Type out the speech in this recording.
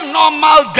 normal